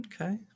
okay